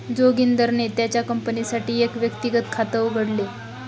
जोगिंदरने त्याच्या कंपनीसाठी एक व्यक्तिगत खात उघडले